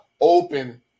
open